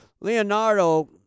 Leonardo